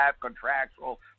contractual